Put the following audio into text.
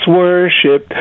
worship